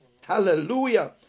Hallelujah